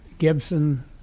Gibson